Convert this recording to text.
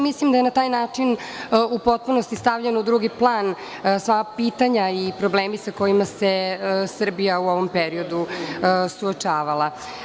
Mislim da su na taj način u potpunosti stavljena u drugi plan sva pitanja i problemi sa kojima se Srbija u ovom periodu suočavala.